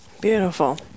Beautiful